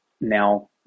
now